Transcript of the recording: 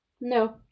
No